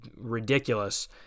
ridiculous